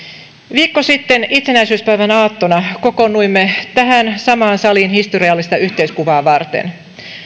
viikko sitten itsenäisyyspäivän aattona kokoonnuimme tähän samaan saliin historiallista yhteiskuvaa varten